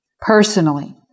personally